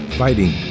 fighting